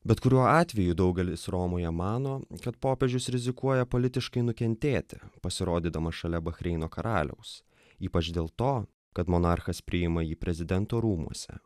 bet kuriuo atveju daugelis romoje mano kad popiežius rizikuoja politiškai nukentėti pasirodydamas šalia bahreino karaliaus ypač dėl to kad monarchas priima jį prezidento rūmuose